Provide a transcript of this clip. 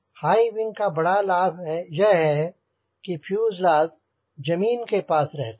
high wing का बड़ा लाभ यह है कि फ्यूजलाज जमीन के पास ही रहता है